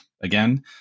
again